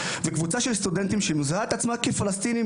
וקבוצה של סטודנטים שמזהה את עצמה כפלסטינית,